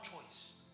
choice